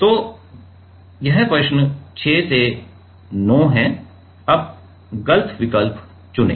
तो यह प्रश्न संख्या 6 से 9 है अब गलत विकल्प चुनें